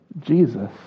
Jesus